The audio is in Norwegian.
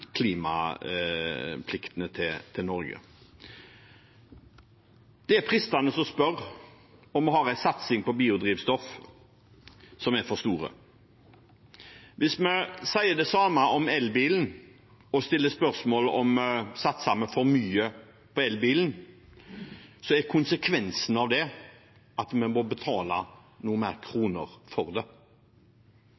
hjem til regjeringen. Det er store ambisjoner om å innfri Norges klimaplikter. Det er fristende å spørre om vi har en satsing på biodrivstoff som er for stor. Hvis vi sier det samme om elbilen og stiller spørsmål om vi satser for mye på elbilen, er konsekvensen av det at vi må betale